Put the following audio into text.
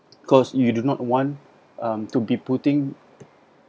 cause you do not want um to be putting